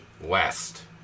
west